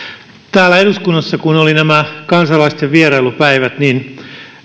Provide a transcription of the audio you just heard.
täällä eduskunnassa kun oli nämä kansalaisten vierailupäivät niin